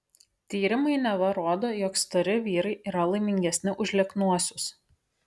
tyrimai neva rodo jog stori vyrai yra laimingesni už lieknuosius